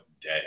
day